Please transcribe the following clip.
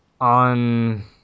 on